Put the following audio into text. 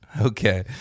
Okay